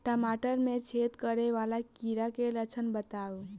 टमाटर मे छेद करै वला कीड़ा केँ लक्षण बताउ?